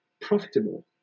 profitable